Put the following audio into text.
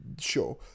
Sure